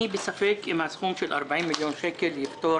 אני בספק אם הסכום של 40 מיליון שקל יפתור